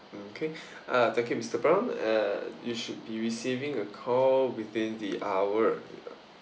okay uh thank you mister brown uh you should be receiving a call within the hour